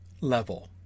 level